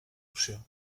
opció